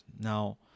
Now